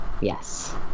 Yes